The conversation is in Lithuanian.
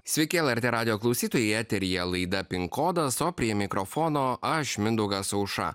sveiki lrt radijo klausytojai eteryje laida pin kodas o prie mikrofono aš mindaugas aušra